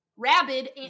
Rabid